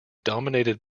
dominated